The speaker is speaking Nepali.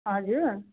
हजुर